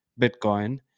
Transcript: Bitcoin